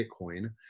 Bitcoin